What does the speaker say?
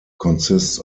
consists